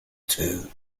two